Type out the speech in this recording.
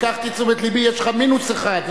לקחתי לתשומת לבי, ויש לך מינוס אחד.